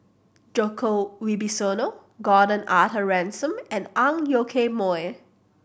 Djoko Wibisono Gordon Arthur Ransome and Ang Yoke Mooi